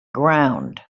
ground